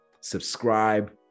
subscribe